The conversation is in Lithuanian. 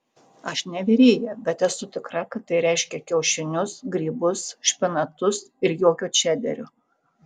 aš ne virėja bet esu tikra kad tai reiškia kiaušinius grybus špinatus ir jokio čederio